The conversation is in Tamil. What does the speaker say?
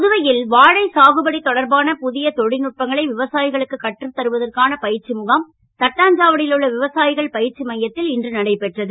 புதுவை ல் வாழை சாகுபடி தொடர்பான பு ய தொ ல்நுட்பங்களை விவசா களுக்கு கற்றுத் தருவதற்கான ப ற்சி முகாம் தட்டாஞ்சாவடி ல் உள்ள விவசா கள் ப ற்சி மையத் ல் இன்று நடைபெற்றது